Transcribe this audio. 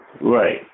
Right